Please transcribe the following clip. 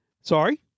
Sorry